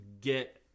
get